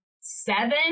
seven